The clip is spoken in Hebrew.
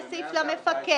יש סעיף למפקח.